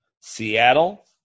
Seattle